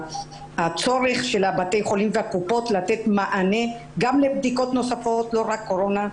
הצורך של בתי החולים והקופות לתת מענה גם לבדיקות נוספות ולא רק קורונה.